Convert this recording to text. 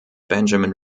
benjamin